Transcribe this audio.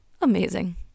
amazing